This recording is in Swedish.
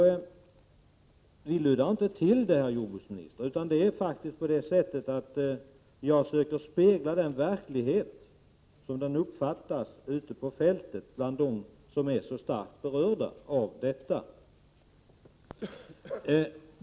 Jag luddar inte till det, herr jordbruksminister, utan jag försöker bara spegla verkligheten så som den uppfattas ute på fältet av dem som är starkt berörda av detta.